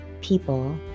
people